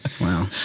Wow